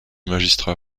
magistrat